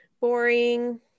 Boring